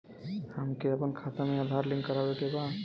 हमके अपना खाता में आधार लिंक करावे के बा?